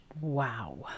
Wow